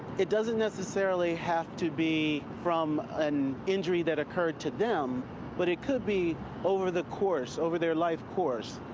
it doesn't necessarily have to be from an injury that occurred to them but it could be over the course, over their life course,